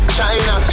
China